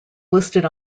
listed